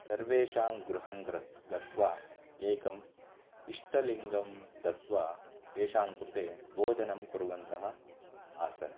सर्वेषां गृहं ग्र गत्वा एकम् इष्टलिङ्गं दत्वा तेषां कृते बोधनं कुर्वन्तः आसन्